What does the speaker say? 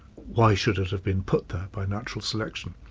why should it have been put there by natural selection.